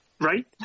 Right